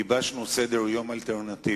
גיבשנו סדר-יום אלטרנטיבי.